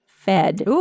fed